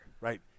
right